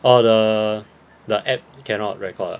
orh the the app cannot record ah